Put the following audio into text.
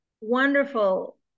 Wonderful